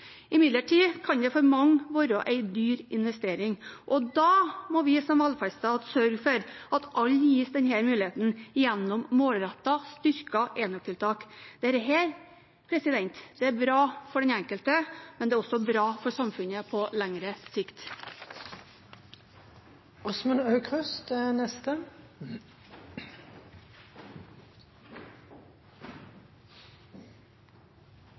Imidlertid kan det for mange være en dyr investering, og da må vi som velferdsstat sørge for at alle gis denne muligheten gjennom målrettede, styrkede enøktiltak. Det er bra for den enkelte, men det er også bra for samfunnet på lengre sikt.